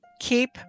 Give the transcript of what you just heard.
keep